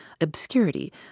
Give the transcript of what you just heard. Obscurity